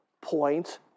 points